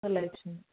सोलायफिन